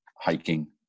hiking